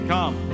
Come